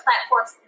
platforms